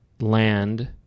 Land